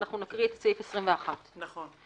ואנחנו נקרא את סעיף 21. נכון.